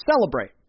celebrate